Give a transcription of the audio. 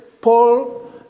Paul